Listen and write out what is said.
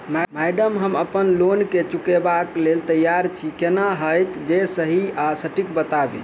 Madam हम अप्पन loan केँ चुकाबऽ लैल तैयार छी केना हएत जे सही आ सटिक बताइब?